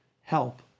help